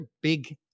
big